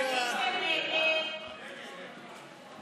הרשימה המשותפת להביע